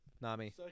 Nami